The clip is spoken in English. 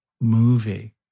movie